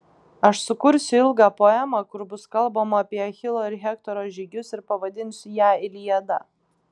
aš sukursiu ilgą poemą kur bus kalbama apie achilo ir hektoro žygius ir pavadinsiu ją iliada